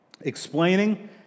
explaining